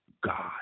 God